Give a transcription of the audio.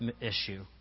issue